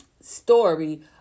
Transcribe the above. story